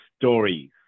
stories